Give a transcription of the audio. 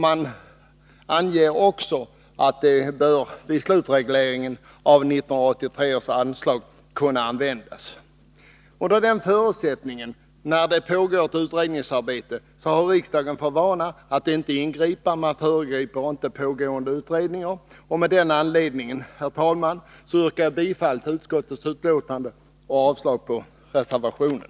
Man anger också att det bör kunna användas vid slutregleringen av 1983 års anslag. När det pågår ett utredningsarbete har riksdagen för vana att inte ingripa — man föregriper inte pågående utredningar. Av denna anledning, herr talman, yrkar jag bifall till utskottets hemställan och avslag på reservationen.